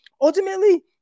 ultimately